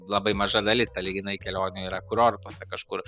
labai maža dalis sąlyginai kelionių yra kurortuose kažkur